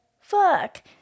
fuck